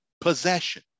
possession